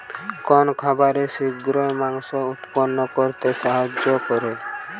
কোন খাবারে শিঘ্র মাংস উৎপন্ন করতে সাহায্য করে?